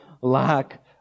lack